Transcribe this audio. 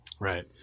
Right